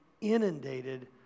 inundated